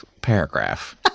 paragraph